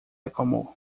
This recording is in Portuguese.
acalmou